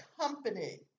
company